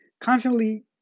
constantly